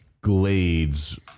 Glades